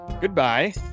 Goodbye